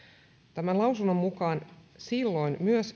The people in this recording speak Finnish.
tämän lausunnon mukaan silloin myös